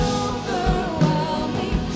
overwhelming